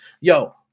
Yo